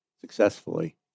successfully